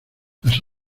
las